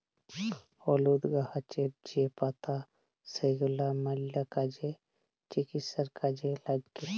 হলুদ গাহাচের যে পাতা সেগলা ম্যালা কাজে, চিকিৎসায় কাজে ল্যাগে